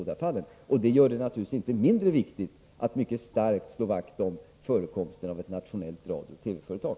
Detta gör det naturligtvis inte mindre viktigt att mycket starkt slå vakt om förekomsten av ett nationellt radiooch TV-företag.